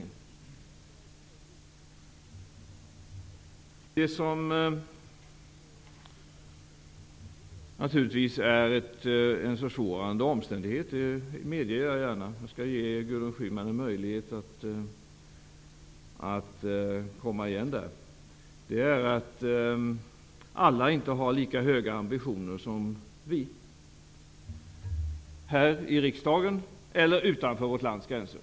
En försvårande omständighet är naturligtvis -- det medger jag gärna, jag skall ge Gudrun Schyman en möjlighet att komma igen på den punkten -- att inte ha lika höga ambitioner som vi här i riksdagen eller utanför vårt lands gränser.